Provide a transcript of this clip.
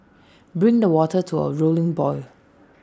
bring the water to A rolling boil